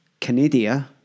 Canadia